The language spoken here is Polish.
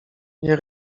nie